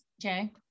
Jay